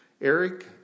Eric